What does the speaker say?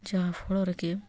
ଯାହା ଫଳରେକି